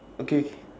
okay okay